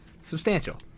substantial